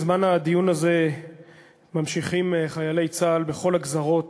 בזמן הדיון הזה ממשיכים חיילי צה"ל בכל הגזרות